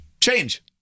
change